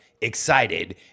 excited